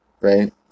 right